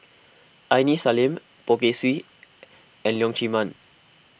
Aini Salim Poh Kay Swee and Leong Chee Mun